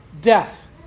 death